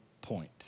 point